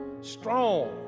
Strong